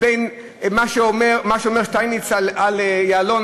מה שאומר שטייניץ על יעלון,